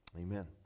Amen